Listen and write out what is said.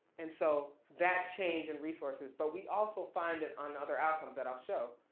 and so that change in resources, but we also find that on other outcomes that i'll show,